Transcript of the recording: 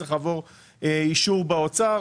צריך לעבור אישור באוצר,